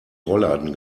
rollladen